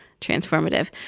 transformative